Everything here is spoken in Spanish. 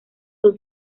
son